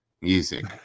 music